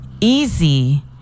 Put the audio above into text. easy